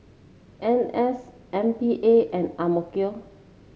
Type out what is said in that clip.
N S M P A and AMK